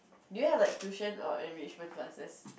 do you have like tuition or enrichment classes